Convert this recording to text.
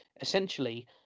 essentially